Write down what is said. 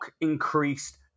increased